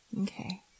Okay